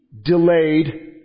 Delayed